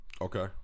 Okay